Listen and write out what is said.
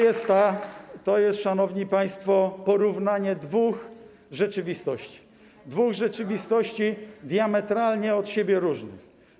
I to jest, szanowni państwo, porównanie dwóch rzeczywistości, dwóch rzeczywistości diametralnie od siebie różnych.